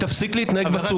אל תפריע לי בבקשה.